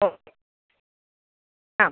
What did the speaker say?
ഓ ആ